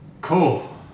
Cool